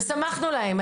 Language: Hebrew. ושמחנו להם,